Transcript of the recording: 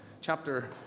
chapter